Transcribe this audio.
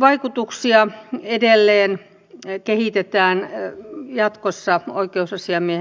vaikutuksia edelleen kehitetään jatkossa oikeusasiamiehen toiminnassa